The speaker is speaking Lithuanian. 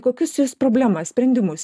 kokius jus problemas sprendimus